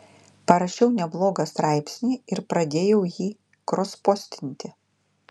parašiau neblogą straipsnį ir pradėjau jį krospostinti